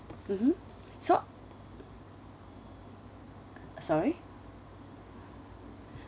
mmhmm so sorry